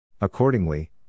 Accordingly